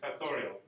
factorial